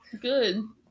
Good